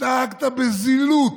התנהגת בזילות,